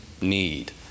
need